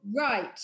Right